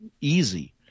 easy